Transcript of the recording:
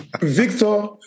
Victor